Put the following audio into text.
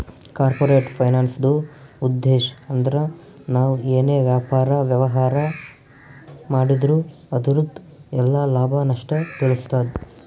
corporate ಫೈನಾನ್ಸ್ದುಉದ್ಧೇಶ್ ಅಂದ್ರ ನಾವ್ ಏನೇ ವ್ಯಾಪಾರ, ವ್ಯವಹಾರ್ ಮಾಡಿದ್ರು ಅದುರ್ದು ಎಲ್ಲಾ ಲಾಭ, ನಷ್ಟ ತಿಳಸ್ತಾದ